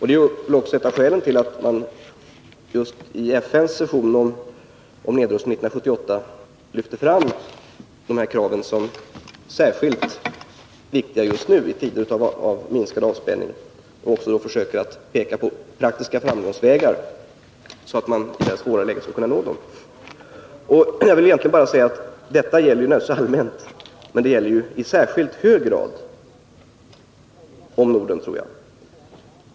Det är också ett av skälen till att man vid FN:s session om nedrustning 1978 lyfte fram dessa krav som särskilt viktigai tider av minskad avspänning och att man försökte peka på vägar som är praktiskt framkomliga för att man skall kunna uppfylla kraven. Egentligen är ju detta något som gäller rent allmänt, men jag tror att det i särskilt hög grad gäller om Norden.